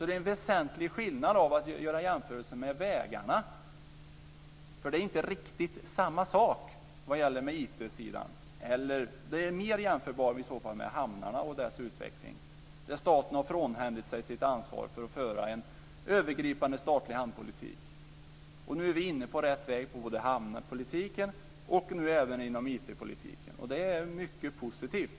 Det är en väsentlig skillnad att göra jämförelsen med vägarna. Det är inte riktigt samma sak med IT-sidan. Den är i så fall mer jämförbar med hamnarna och deras utveckling. Staten har frånhänt sig sitt ansvar för att föra en övergripande statlig hamnpolitik. Nu är vi inne på rätt väg när det gäller både hamnpolitiken och IT-politiken, och det är mycket positivt.